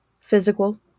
Physical